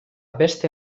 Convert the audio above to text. beste